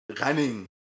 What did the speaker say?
running